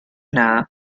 nada